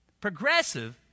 Progressive